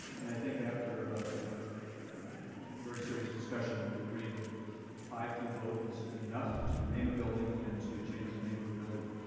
and i think after a very serious discussion we agreed that a five two vote was enough to name a building and to change the name of a building.